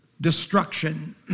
destruction